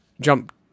jump